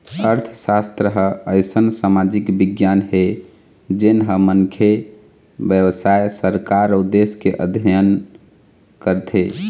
अर्थसास्त्र ह अइसन समाजिक बिग्यान हे जेन ह मनखे, बेवसाय, सरकार अउ देश के अध्ययन करथे